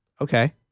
Okay